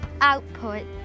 output